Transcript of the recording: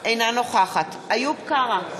אינה נוכחת איוב קרא,